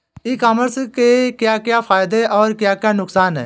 ई commerce के क्या क्या फायदे और क्या क्या नुकसान है?